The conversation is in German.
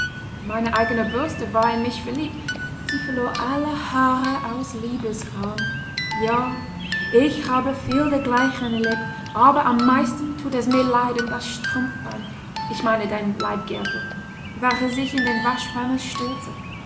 meine eigene bürste war in mich verliebt sie verlor alle haare aus liebesgram ja ich habe viel dergleichen erlebt aber am meisten thut es mir leid um das strumpfband ich meine den leibgürtel welcher sich in die waschwanne stürzte